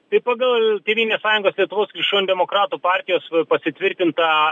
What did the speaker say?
tai pagal tėvynės sąjungos lietuvos krikščionių demokratų partijos pasitvirtintą